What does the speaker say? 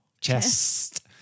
chest